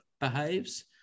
behaves